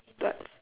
but